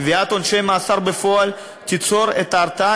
קביעת עונשי מאסר בפועל תיצור את ההרתעה